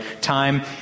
time